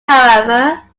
however